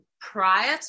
prior